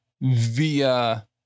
Via